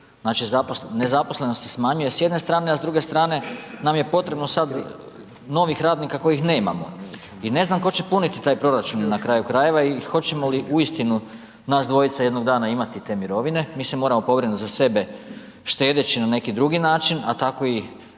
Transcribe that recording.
znači nezaposlenost se smanjuje s jedne strane a s druge strane nam je potrebno sad novih radnika kojih nemamo i ne znam, tko će puniti taj proračun na kraju krajeva i hoćemo li uistinu nas dvojica jednog dana imati te mirovine, mi se moramo pobrinuti za sebe štedeći na neki drugi način a tako i